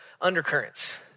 undercurrents